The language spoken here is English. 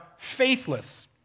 faithless